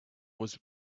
was